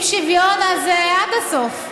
אם שוויון, אז עד הסוף.